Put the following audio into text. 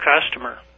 customer